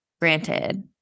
granted